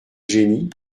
jenny